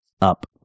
Up